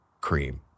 cream